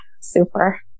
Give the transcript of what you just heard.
super